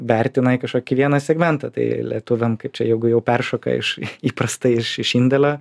berti na į kažkokį vieną segmentą tai lietuviam kaip čia jeigu jau peršoka iš įprastai iš iš indėlio